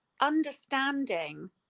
understanding